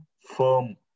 firm